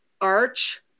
Arch